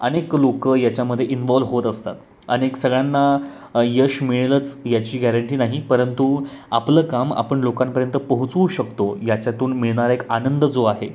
अनेक लोकं याच्यामध्ये इनव्हॉल्व होत असतात अनेक सगळ्यांना यश मिळेलच याची गॅरंटी नाही परंतु आपलं काम आपण लोकांपर्यंत पोहोचवू शकतो याच्यातून मिळणारा एक आनंद जो आहे